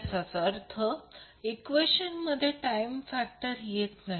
याचाच अर्थ इक्वेशनमध्ये टाइम फॅक्टर येत नाही